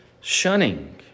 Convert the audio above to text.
shunning